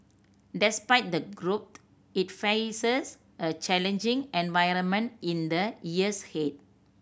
despite the growth it faces a challenging environment in the years ahead